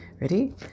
Ready